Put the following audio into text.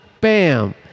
bam